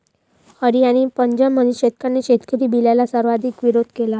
हरियाणा आणि पंजाबमधील शेतकऱ्यांनी शेतकरी बिलला सर्वाधिक विरोध केला